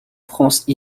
france